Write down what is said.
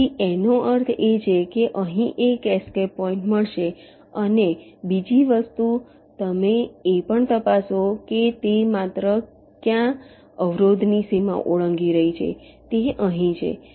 તેથી અર્થ એ છે કે અહીં એક એસ્કેપ પોઈન્ટ મળશે અને બીજી વસ્તુ તમે એ પણ તપાસો કે તે માત્ર ક્યાં અવરોધની સીમા ઓળંગી રહી છે તે અહીં છે